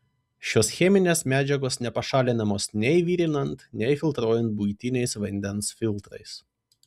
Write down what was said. šios cheminės medžiagos nepašalinamos nei virinant nei filtruojant buitiniais vandens filtrais